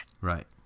Right